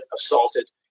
assaulted